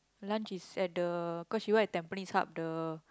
lunch is a the cause she want at the Tampines Hub the